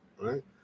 right